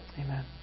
Amen